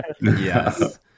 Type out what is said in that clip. Yes